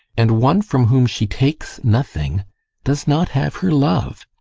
and one from whom she takes nothing does not have her love.